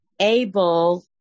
able